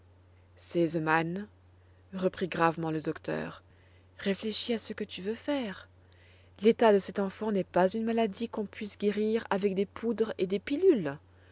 sesemann reprit gravement le docteur réfléchis à ce que tu veux faire l'état de cette enfant n'est pas une maladie qu'on puisse guérir avec des poudres et des pilules